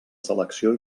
selecció